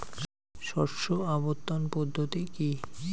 শস্য আবর্তন পদ্ধতি কি?